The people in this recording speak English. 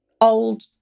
old